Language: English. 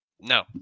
No